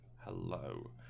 Hello